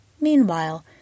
Meanwhile